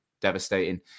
devastating